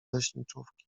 leśniczówki